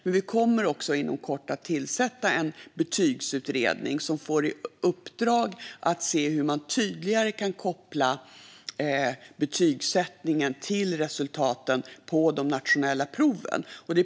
Men vi kommer också inom kort att tillsätta en betygsutredning som får i uppdrag att se hur man tydligare kan koppla betygsättningen till resultaten på de nationella proven.